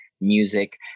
Music